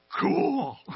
cool